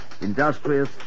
industrious